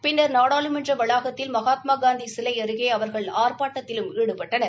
பின்னா் நாடாளுமன்ற வளாகத்தில் மகாத்மாகாந்தி சிலை அருகே அவா்கள் ஆர்ப்பாட்டத்திலும் ஈடுபட்டனர்